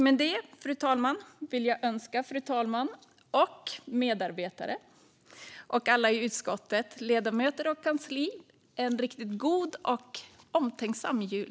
Med det, fru talman, vill jag önska fru talmannen med medarbetare och alla i utskottet, ledamöter och kansli, en riktigt god och omtänksam jul.